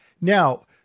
Now